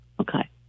Okay